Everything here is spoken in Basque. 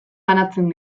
banatzen